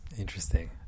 Interesting